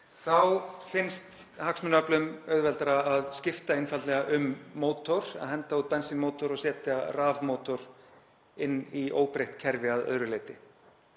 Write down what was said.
þá finnst hagsmunaöflunum auðveldara að skipta einfaldlega um mótor, henda út bensínmótor og setja rafmótor inn í óbreytt kerfi að öðru leyti.